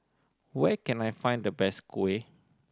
where can I find the best kuih